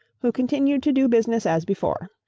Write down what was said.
who continued to do business as before.